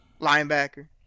Linebacker